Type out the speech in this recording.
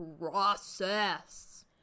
process